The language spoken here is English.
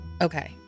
Okay